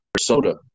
soda